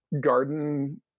garden